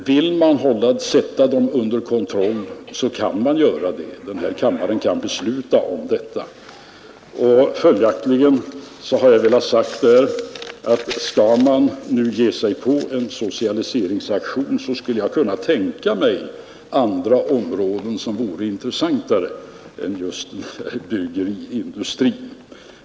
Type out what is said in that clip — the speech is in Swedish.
Vill man sätta den under kontroll kan man göra det — den här kammaren kan besluta om det. Följaktligen har jag velat ha sagt här, att skall man ge sig på en socialiseringsaktion skulle jag kunna tänka mig andra områden som vore intressantare än just bryggeriindustrin.